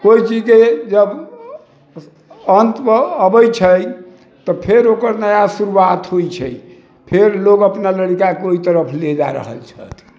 कोइ चीजके जब अन्तमे अबै छै तऽ फेर ओकर नया शुरुआत होइ छै फेर लोग अपना लड़काके ओइ तरफ ले जा रहल छथि